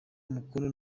umukono